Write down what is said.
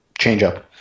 changeup